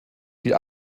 die